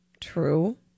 True